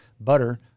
Butter